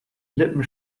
lippen